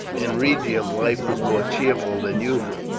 in rhegium life was more cheerful than usual.